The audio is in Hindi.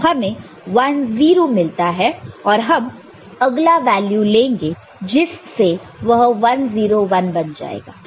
तो हमें 1 0 मिलता है और हम अगला वैल्यू लेंगे जिससे वह 1 0 1 बन जाएगा